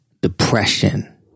Depression